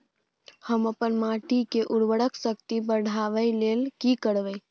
हम अपन माटी के उर्वरक शक्ति बढाबै लेल की करब?